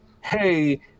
Hey